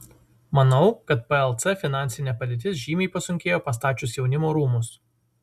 manau kad plc finansinė padėtis žymiai pasunkėjo pastačius jaunimo rūmus